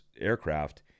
aircraft